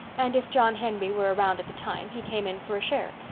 and if john henry were around at the time, he came in for a share,